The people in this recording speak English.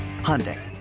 Hyundai